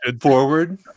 forward